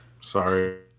Sorry